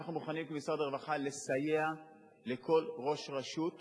ואנחנו מוכנים כמשרד הרווחה לסייע לכל ראש רשות